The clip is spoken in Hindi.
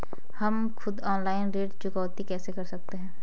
हम खुद ऑनलाइन ऋण चुकौती कैसे कर सकते हैं?